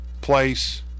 place